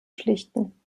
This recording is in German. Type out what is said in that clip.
schlichten